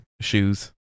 shoes